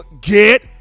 get